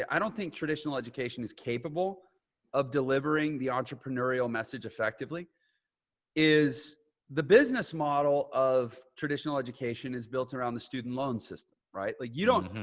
i don't think traditional education is capable of delivering the entrepreneurial message effectively is the business model of traditional education is built around the student loan system, right? like you don't,